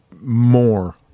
more